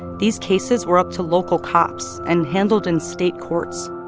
these cases were up to local cops and handled in state courts.